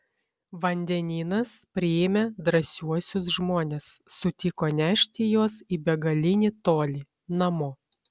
vandenynas priėmė drąsiuosius žmones sutiko nešti juos į begalinį tolį namo